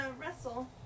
wrestle